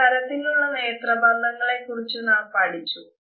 പല തരത്തിലുള്ള നേത്രബന്ധങ്ങളെക്കുറിച്ചു നാം പഠിച്ചു